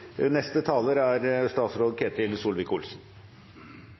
Neste taler er